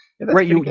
Right